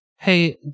hey